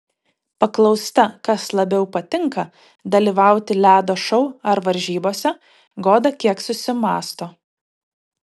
paklausta kas labiau patinka dalyvauti ledo šou ar varžybose goda kiek susimąsto